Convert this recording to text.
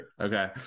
okay